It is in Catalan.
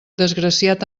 desgraciat